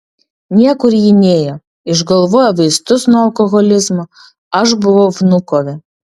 niekur ji nėjo išgalvojo vaistus nuo alkoholizmo aš buvau vnukove